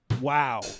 Wow